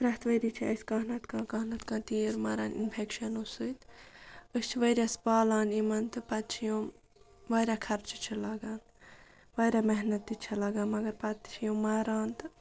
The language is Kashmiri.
پرٛٮ۪تھ ؤری چھِ اَسہِ کانٛہہ نہ تہٕ کانٛہہ کانٛہہ نہ تہٕ کانٛہہ تیٖر مَران اِنفیٚکشَنو سۭتۍ أسۍ چھِ ؤرۍ یَس پالان یِمَن تہٕ پَتہٕ چھِ یِم واریاہ خرچہِ چھِ لَگان واریاہ محنت تہِ چھےٚ لَگان مگر پَتہٕ چھِ یِم مَران تہٕ